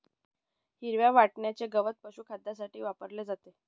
हिरव्या वाटण्याचे गवत पशुखाद्यासाठी वापरले जाते